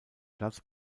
platz